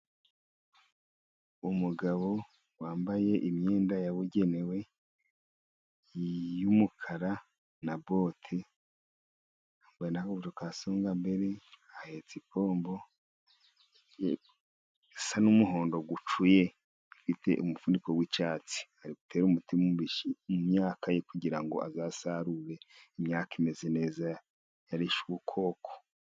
Umugabo wambaye imyenda yabugenewe y'umukara na bote, yambaye n'akagofero ka songa mbere, ahetse ipombo isa n'umuhondo gucuye, ifite umufuniko w'icyatsi. Ari gutera umuti mu myaka ye kugira ngo azasarure, imyaka imeze neza yarishe ubukoko.